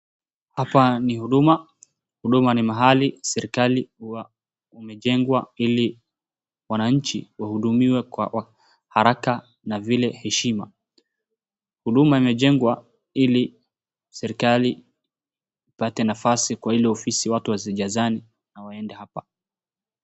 Hapa ni huduma, huduma ni mahali serikali imejenga ili wananchi wahudumiwe haraka na vile kwa heshima. Huduma imejengwa ili serikali ipate nafasi kwa ile ofisi watu wasijazane na waende hapa.